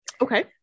Okay